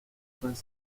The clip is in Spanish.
pueden